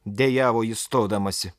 dejavo ji stodamasi